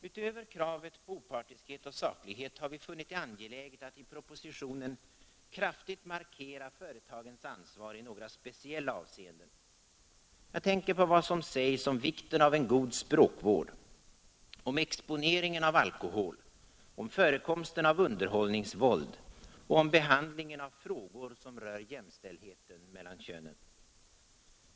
Utöver kravet på opartiskhet och saklighet har vi funnit det angeläget att i propositionen kraftigt markera företagens ansvar i några speciella avseenden. Jag tänker på vad som sägs om vikten av en god språkvård, om exponeringen av alkohol, om förekomsten av underhållningsvåld och om behandlingen av frågor som rör jämställdheten mellan könen.